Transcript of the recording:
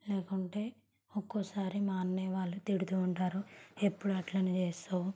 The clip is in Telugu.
లేకుంటే ఒక్కోసారి మా అన్నయ్య వాళ్ళు తిడుతూ ఉంటారు ఎప్పుడూ అలానే చేస్తావు